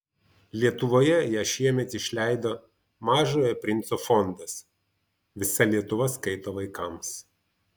lietuvoje ją šiemet išleido mažojo princo fondas visa lietuva skaito vaikams